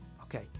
Okay